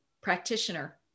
practitioner